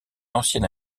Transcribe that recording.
ancienne